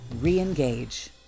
re-engage